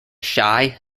shy